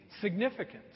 significance